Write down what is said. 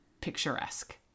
picturesque